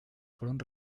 fueron